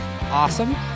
awesome